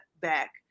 back